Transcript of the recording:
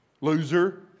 Loser